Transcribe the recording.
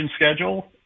schedule